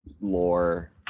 lore